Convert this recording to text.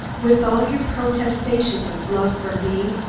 with all your protestations of love for me,